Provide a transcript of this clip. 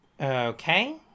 okay